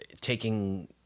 taking